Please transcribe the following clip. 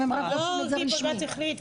לא כי בג"צ החליט,